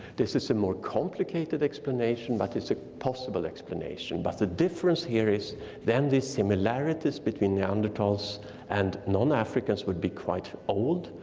this is a more complicated explanation but it's a possible explanation. but the difference here is then the similarities between the neanderthals and non-africans would be quite old,